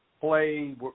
play